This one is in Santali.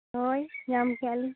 ᱦᱳᱭ ᱧᱟᱢ ᱠᱮᱫᱼᱟᱹᱞᱤᱧ